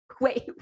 Wait